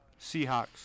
Seahawks